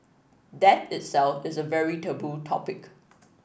death itself is a very taboo topic